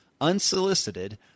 unsolicited